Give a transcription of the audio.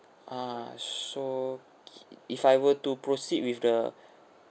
ah so if I were to proceed with the